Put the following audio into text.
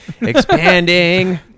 expanding